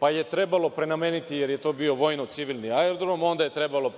pa je trebalo prenameniti, jer je to bio vojno-civilni aerodrom. Onda je trebalo